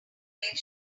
where